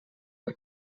per